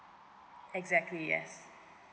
exactly yes